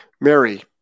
Mary